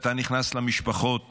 ואתה נכנס למשפחות,